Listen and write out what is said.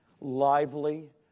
lively